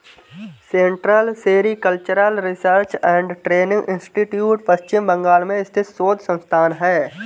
central sericultural research and training institute Paschim Bangal में स्थित शोध संस्थान है